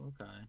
okay